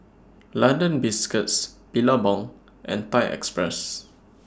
London Biscuits Billabong and Thai Express